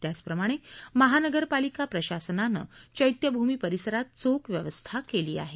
त्याचप्रमाणे महानगरपालिका प्रशासनानं चैत्यभूमी परिसरात चोख व्यवस्था केली आहे